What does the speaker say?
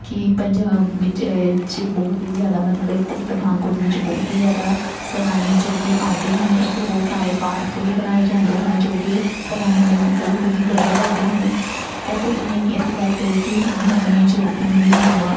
ਕਿ ਪੰਜਾਬ ਵਿੱਚ ਬਹੁਤ ਹੀ ਜ਼ਿਆਦਾ ਮਤਲਬ ਇੱਥੇ ਪਠਾਨਕੋਟ ਵਿੱਚ ਬਹੁਤ ਹੀ ਜ਼ਿਆਦਾ ਸੈਲਾਨੀ ਜੋ ਕਿ ਆਉਂਦੇ ਹਨ ਇੱਥੇ ਬਹੁਤ ਸਾਰੇ ਪਾਰਕ ਵੀ ਬਣਾਏ ਜਾਂਦੇ ਹਨ ਜੋ ਕਿ ਸੈਲਾਨੀਆਂ ਨੂੰ ਬਹੁਤ ਜੀ ਵਧੀਆ ਲੱਗਦੇ ਹਨ ਅਤੇ ਜਿਵੇਂ ਕਿ ਅਸੀਂ ਗੱਲ ਕਰੀਏ ਕਿ ਹੁਣੇ ਹੁਣੇ ਜੋ ਕਿ ਮਿੰਨੀ ਗੋਆ